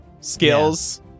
skills